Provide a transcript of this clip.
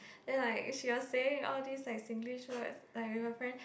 ya like she was saying all these like Singlish words like with her friend